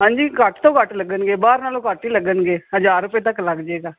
ਹਾਂਜੀ ਘੱਟ ਤੋਂ ਘੱਟ ਲੱਗਣਗੇ ਬਾਹਰ ਨਾਲੋਂ ਘੱਟ ਹੀ ਲੱਗਣਗੇ ਹਜ਼ਾਰ ਰੁਪਏ ਤੱਕ ਲੱਗ ਜਾਏਗਾ